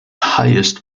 highest